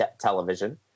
television